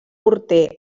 morter